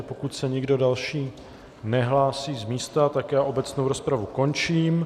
Pokud se nikdo další nehlásí z místa, tak obecnou rozpravu končím.